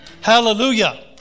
Hallelujah